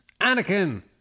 Anakin